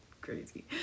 crazy